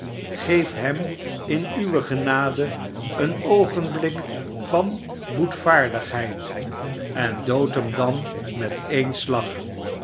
geef hem in uwe genade een oogenblik van boetvaardigheid en dood hem dan met edn slag